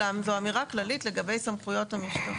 אלא זו אמירה כללית לגבי סמכויות המשטרה.